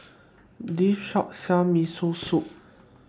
This Shop sells Miso Soup